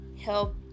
help